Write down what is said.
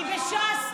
כי בש"ס,